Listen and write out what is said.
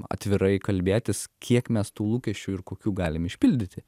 atvirai kalbėtis kiek mes tų lūkesčių ir kokių galim išpildyti